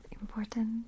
important